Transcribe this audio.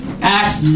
Acts